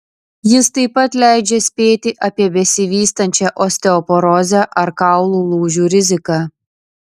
jis taip pat leidžia spėti apie besivystančią osteoporozę ar kaulų lūžių riziką